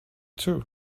too